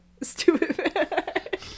stupid